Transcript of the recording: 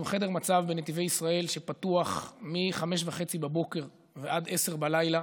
חדר מצב בנתיבי ישראל שפתוח מ-05:30 ועד 22:00,